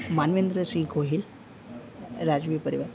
માનવેન્દ્ર સિંહ ગોહિલ રાજવી પરીવાર